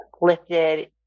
lifted